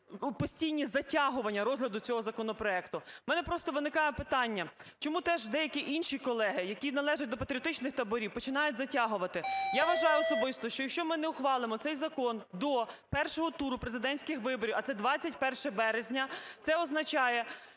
постійні затягування розгляду цього законопроекту. У мене просто виникає питання, чому теж деякі інші колеги, які належать до патріотичних таборів, починають затягувати. Я вважаю особисто, що, якщо ми не ухвалимо цей закон до першого туру президентських виборів, а це 31 березня, це означає,